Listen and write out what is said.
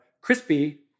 crispy